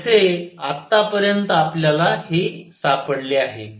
जसे आत्तापर्यंत आपल्याला हे सापडले आहे